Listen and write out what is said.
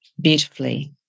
beautifully